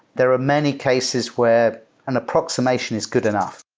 there are many cases where an approximation is good enough.